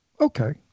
Okay